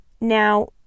now